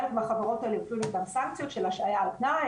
חלק מהחברות האלה הפעילו גם סנקציות של השהייה על תנאי,